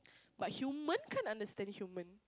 but human can't understand human